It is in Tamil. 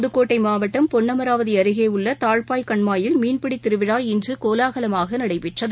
புதுக்கோட்டை மாவட்டம் பொன் அமராவதி அருகே உள்ள தாழ்பாய் கண்மாயில் மீன்பிடித் திருவிழா இன்று கோலாகலமாக நடைபெற்றது